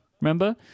remember